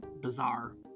bizarre